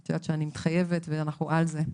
את יודעת שאני מתחייבת ואנחנו על זה.